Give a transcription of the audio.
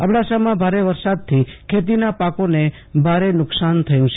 અબડાસામાં ભારે વરસાદ થી ખેતીના પાકોમાં ભારે નુકશાન થયું છે